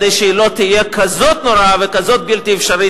כדי שהיא לא תהיה כזאת נוראה וכזאת בלתי אפשרית,